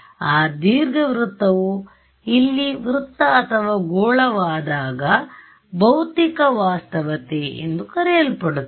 ಆ ದೀರ್ಘವೃತ್ತವು ಇಲ್ಲಿ ವೃತ್ತ ಅಥವಾ ಗೋಳವಾದಾಗ ಭೌತಿಕ ವಾಸ್ತವತೆ ಎಂದು ಕರೆಯಲ್ಪಡುತ್ತದೆ